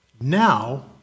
Now